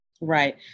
Right